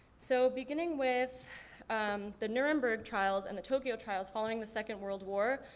so beginning with um the nuremberg trials and the tokyo trials following the second world war,